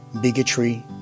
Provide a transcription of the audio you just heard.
bigotry